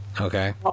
okay